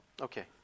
okay